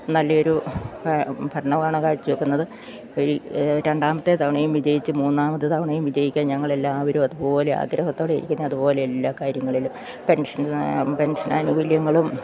നല്ലെ ഒരു ഭരണമാണ് കാഴ്ച വയ്ക്കുന്നത് ഈ രണ്ടാമത്തെ തവണയും വിജയിച്ചു മൂന്നാമത്തെ തവണയും വിജയിക്കാൻ ഞങ്ങൾ എല്ലാവരും അതുപോലെ ആഗ്രഹത്തോടെ ഇരിക്കുന്നത് അതുപോലെ എല്ലാ കാര്യങ്ങളിലും പെൻഷൻ പെൻഷൻ ആനുകൂല്യങ്ങളും